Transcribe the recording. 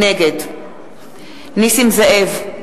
נגד נסים זאב,